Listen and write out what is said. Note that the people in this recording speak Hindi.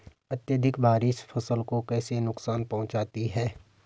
अत्यधिक बारिश फसल को कैसे नुकसान पहुंचाती है?